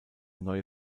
neue